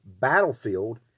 battlefield